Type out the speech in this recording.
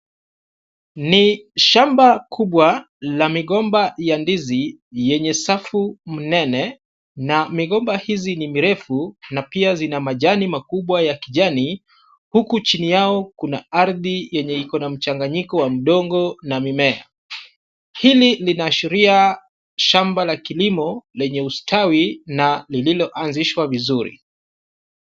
Ni shamba kubwa la migomba ya ndizi yenye safu mnene na migomba hizi ni mirefu na pia zina majani makubwa ya kijani huku chini yao kuna ardhi yenye ikona mchanganyiko wa udongo na mimea. Hili linaashiria shamba la kilimo lenye ustawi na lililoanzishwa vizuri.